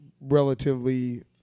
relatively